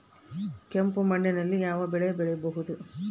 ಕೆಂಪು ಮಣ್ಣಿನಲ್ಲಿ ಯಾವ ಬೆಳೆ ಬೆಳೆಯಬಹುದು?